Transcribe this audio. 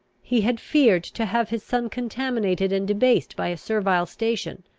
he had feared to have his son contaminated and debased by a servile station,